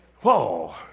whoa